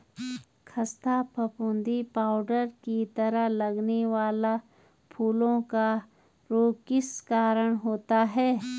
खस्ता फफूंदी पाउडर की तरह लगने वाला फूलों का रोग किस कारण होता है?